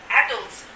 adults